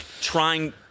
trying